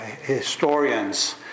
historians